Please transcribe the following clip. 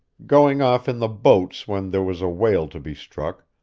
going off in the boats when there was a whale to be struck,